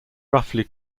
roughly